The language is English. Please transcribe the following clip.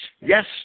Yes